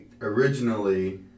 originally